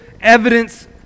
evidence